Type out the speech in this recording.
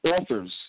authors